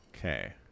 Okay